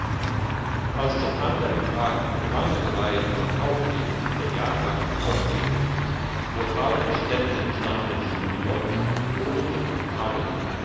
als den andern tag in langen reihen von kaufläden der jahrmarkt aufging vor allen ständen standen schon die leute lobten und tadelten